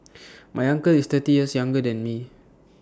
my uncle is thirty years younger than me